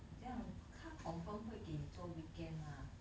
这样他 confirm 会给你做 weekend lah